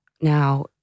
now